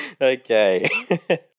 Okay